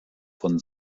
von